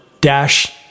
dash